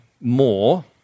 more